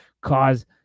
cause